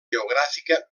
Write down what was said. geogràfica